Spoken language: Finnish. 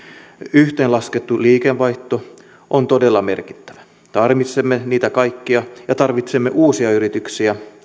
yhteenlaskettu liikevaihto on todella merkittävä tarvitsemme niitä kaikkia ja tarvitsemme uusia yrityksiä